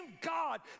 God